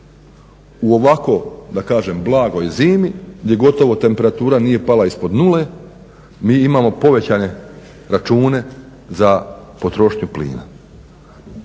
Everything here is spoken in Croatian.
U ovako da kažem blagoj zimi gdje gotovo temperatura nije pala ispod nule mi imamo povećane račune za potrošnju plina.